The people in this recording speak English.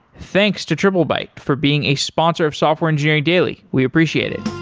thanks to triplebyte for being a sponsor of software engineering daily. we appreciate it.